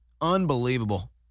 Unbelievable